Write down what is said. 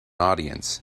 audience